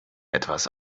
etwas